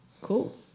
Cool